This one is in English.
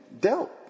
dealt